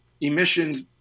emissions